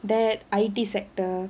that I_T sector